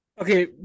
Okay